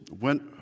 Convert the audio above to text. went